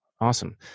Awesome